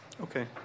Okay